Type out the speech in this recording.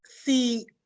see